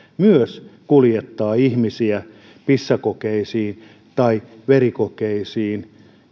myös kuljettaa ihmisiä pissakokeisiin tai verikokeisiin